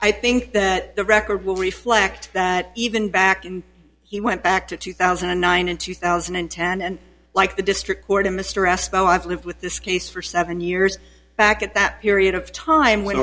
i think that the record will reflect that even back when he went back to two thousand and nine and two thousand and ten and like the district court in mr esko i've lived with this case for seven years back at that period of time w